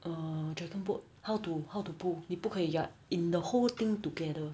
err dragon boat how to how to pull 你不可以 you are in the whole thing together